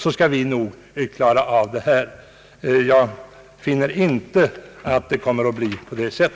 Jag finner alltså inte att det blir som herr Hedlund sagt.